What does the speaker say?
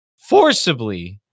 forcibly